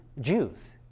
Jews